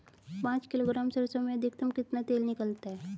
पाँच किलोग्राम सरसों में अधिकतम कितना तेल निकलता है?